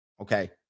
Okay